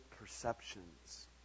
perceptions